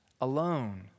alone